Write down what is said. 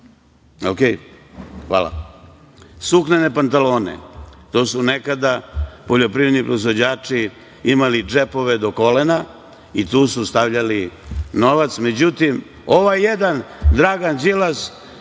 Hvala. Suknene pantalone, to su nekada poljoprivredni proizvođači imali džepove do kolena i tu su stavljali novac, međutim, ovaj jedan Dragan Đilas